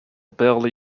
barely